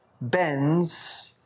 bends